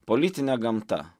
politinė gamta